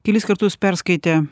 kelis kartus perskaitė